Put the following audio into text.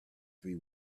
three